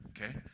Okay